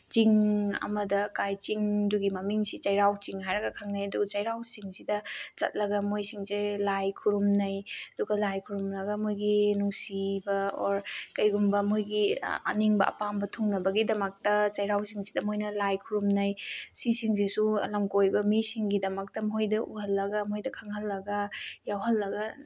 ꯆꯤꯡ ꯑꯃꯗ ꯀꯥꯏ ꯆꯤꯡꯗꯨꯒꯤ ꯃꯃꯤꯡꯁꯤ ꯆꯩꯔꯥꯎꯆꯤꯡ ꯍꯥꯏꯔꯒ ꯈꯪꯅꯩ ꯑꯗꯨꯒ ꯆꯩꯔꯥꯎꯆꯤꯡꯁꯤꯗ ꯆꯠꯂꯒ ꯃꯣꯏꯁꯤꯡꯁꯦ ꯂꯥꯏ ꯈꯨꯔꯨꯝꯅꯩ ꯑꯗꯨꯒ ꯂꯥꯏ ꯈꯨꯔꯨꯝꯂꯒ ꯃꯣꯏꯒꯤ ꯅꯨꯡꯁꯤꯕ ꯑꯣꯔ ꯀꯩꯒꯨꯝꯕ ꯃꯣꯏꯒꯤ ꯑꯅꯤꯡꯕ ꯑꯄꯥꯝꯕ ꯊꯨꯡꯅꯕꯒꯤꯗꯃꯛꯇ ꯆꯩꯔꯥꯎꯆꯤꯡꯁꯤꯗ ꯃꯣꯏꯅ ꯂꯥꯏ ꯈꯨꯔꯨꯝꯅꯩ ꯁꯤꯁꯤꯡꯁꯤꯁꯨ ꯂꯝꯀꯣꯏꯕ ꯃꯤꯁꯤꯡꯒꯤꯗꯃꯛꯇ ꯃꯈꯣꯏꯗ ꯎꯍꯜꯂꯒ ꯃꯣꯏꯗ ꯈꯪꯍꯜꯂꯒ ꯌꯥꯎꯍꯜꯂꯒ